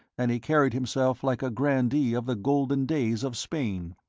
and he carried himself like a grandee of the golden days of spain.